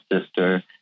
sister